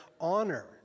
honor